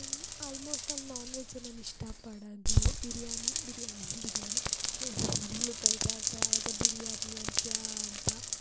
almost ಅಲ್ಲಿ ನಾನ್ವೆಜ್ಜೇ ನಾನು ಇಷ್ಟಪಡೋದು ಬಿರ್ಯಾನಿ ಬಿರ್ಯಾನಿ ಬಿರ್ಯಾನಿ ಅದೇ ನಮ್ಮ ಮನೆಯಲ್ಲೂ ಬೈತಾ ಇರ್ತಾರೆ ಯಾವಾಗ ಬಿರ್ಯಾನಿ ಅಂತೀಯಾ ಅಂತ